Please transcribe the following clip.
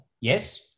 Yes